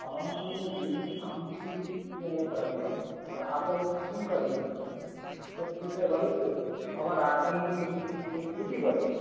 मम अपि गृहे शान्तिपूजा एव करणीयम् आदौ किं करणीयं तद्विषये वदतु भवान् आगन्तुं इच्छति चेत् तदपि वदतु